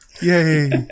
Yay